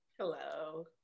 Hello